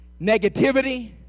negativity